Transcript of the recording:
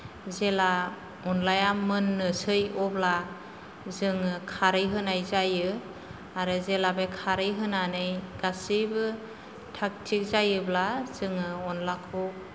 जेला अनद्लाया मोननोसै अब्ला जोङो खारै होनाय जायो आरो जेला बे खारै होनानै गासैबो थाग थिग जायोब्ला जोङो अनद्लाखौ